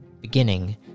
beginning